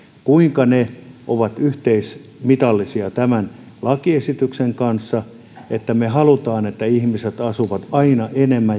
kuinka se on yhteismitallista tämän lakiesityksen kanssa että me haluamme että ihmiset asuvat aina enemmän